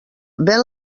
ven